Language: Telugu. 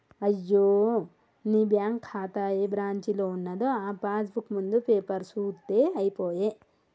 అయ్యో నీ బ్యాంకు ఖాతా ఏ బ్రాంచీలో ఉన్నదో ఆ పాస్ బుక్ ముందు పేపరు సూత్తే అయిపోయే